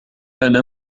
أنا